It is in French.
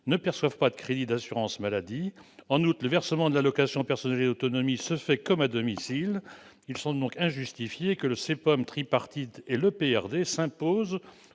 ne perçoivent pas de crédits d'assurance maladie. En outre, le versement de l'allocation personnalisée d'autonomie se fait comme à domicile. Il semble donc injustifié que le CPOM tripartite et l'EPRD s'imposent